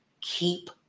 keep